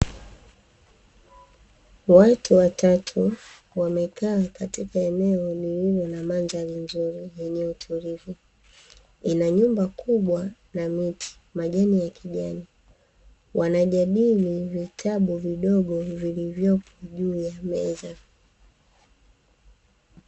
Watu watatu wamekaa katika eneo lililo na mandhari nzuri yenye utulivu ina nyumba kubwa na miti, majani ya kijani wanajadili vitabu vidogo vilivyopo juu ya meza.